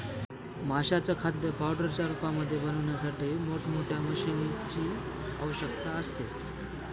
माशांचं खाद्य पावडरच्या रूपामध्ये बनवण्यासाठी मोठ मोठ्या मशीनीं ची आवश्यकता असते